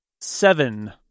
Seven